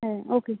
হ্যাঁ ওকে